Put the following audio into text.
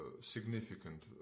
significant